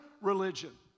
religion